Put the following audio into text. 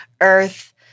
earth